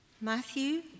Matthew